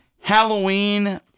Halloween